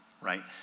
right